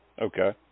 Okay